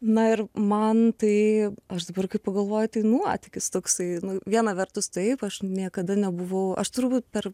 na ir man tai aš dabar kai pagalvoju tai nuotykis toksai nu viena vertus taip aš niekada nebuvau aš turbūt per